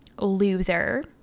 loser